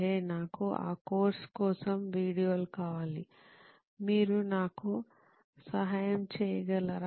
హే నాకు ఆ కోర్సు కోసం వీడియోలు కావాలి మీరు నాకు సహాయం చేయగలరా